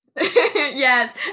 Yes